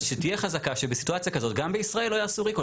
אז שתהיה חזקה שבסיטואציה כזאת גם בישראל לא יעשו ריקול.